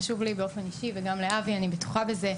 חשוב לי באופן אישי וגם לאבי אני בטוחה בזה.